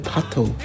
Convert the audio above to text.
Pato